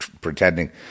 pretending